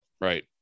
Right